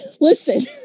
listen